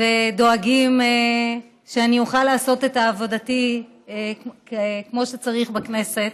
ודואגים שאני אוכל לעשות את עבודתי כמו שצריך בכנסת.